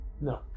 No